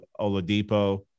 Oladipo